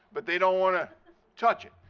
but they don't want to touch it.